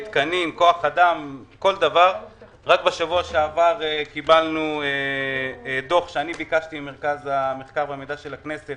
רק בשבוע שעבר קיבלנו דוח ממרכז המחקר והמידע של הכנסת